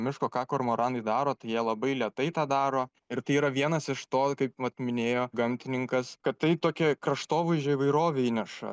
miško ką kormoranai daro tai jie labai lėtai tą daro ir tai yra vienas iš to kaip vat minėjo gamtininkas kad tai tokią kraštovaizdžio įvairovę įneša